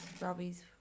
Robbie's